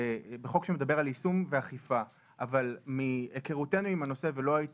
בחוק על יישום ואכיפה אבל מהיכרותנו עם הנושא ולא היית